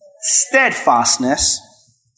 steadfastness